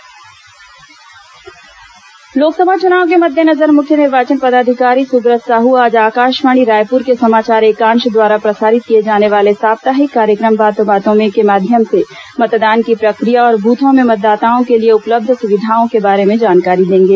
बातों बातों में लोकसभा चुनाव के मद्देनजर मुख्य निर्वाचन पदाधिकारी सुब्रत साहू आज आकाशवाणी रायपुर के समाचार एकांश द्वारा प्रसारित किए जाने वाले साप्ताहिक कार्यक्रम बातों बातों में के माध्यम से मतदान की प्रक्रिया और बूथों में मतदाताओं के लिए उपलब्ध सुविधाओं के बारे में जानकारी देंगे